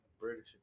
British